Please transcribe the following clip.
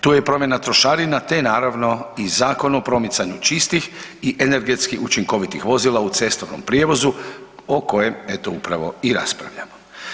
Tu je i promjena trošarina te naravno i Zakon o promicanju čistih i energetskih učinkovitih vozila u cestovnom prijevozu o kojem eto upravo i raspravljamo.